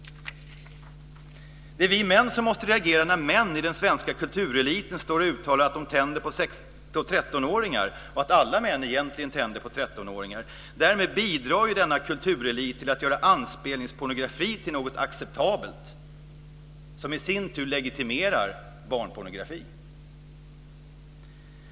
Det är vi män som måste reagera när män i den svenska kultureliten uttalar att de tänder på 13-åringar och att alla män egentligen tänder på 13-åringar. Därmed bidrar denna kulturelit till att göra anspelningspornografi till något acceptabelt, som i sin tur legitimerar barnpornografin.